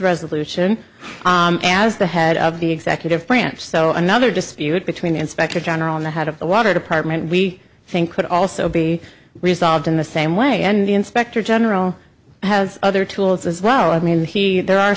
resolution as the head of the executive branch so another dispute between the inspector general of the head of the water department we think could also be resolved in the same way and the inspector general has other tools as well i mean he there are